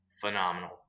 phenomenal